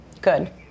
Good